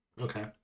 okay